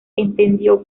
entendió